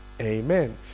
Amen